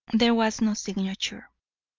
there was no signature.